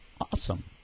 Awesome